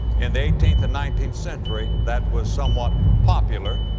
and eighteenth and nineteenth century, that was somewhat popular,